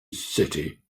city